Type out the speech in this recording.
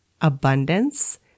abundance